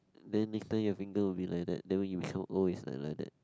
then next time your finger will be like that then when you become old is like that